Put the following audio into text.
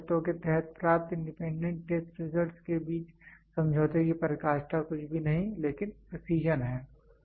निर्धारित शर्तों के तहत प्राप्त इंडिपेंडेंट टेस्ट रिजल्ट्स के बीच समझौते की पराकाष्ठा कुछ भी नहीं है लेकिन प्रेसीजन है